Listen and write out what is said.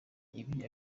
ibi